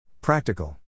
Practical